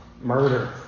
murder